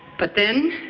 but then,